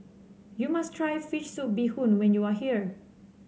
you must try fish soup Bee Hoon when you are here